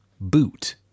Boot